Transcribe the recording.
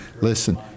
Listen